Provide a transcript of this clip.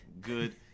good